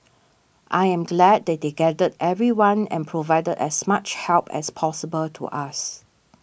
I am glad that they gathered everyone and provided as much help as possible to us